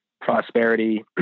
prosperity